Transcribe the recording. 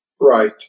Right